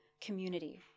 community